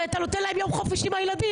אתה הרי נותן להם יום חופש עם הילדים,